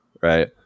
Right